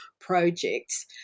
projects